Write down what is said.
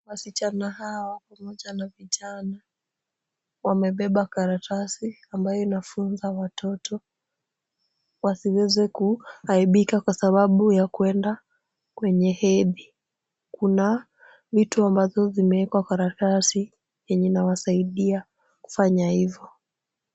Wasichana hawa pamoja na vijana wamebeba karatasi, ambayo inafunza watoto wasiweze kuaibika kwasababu ya kwenda kwenye hedhi. Kuna vitu ambazo zimewekwa kwa karatasi yenye inawasaidia kufanya hivyo.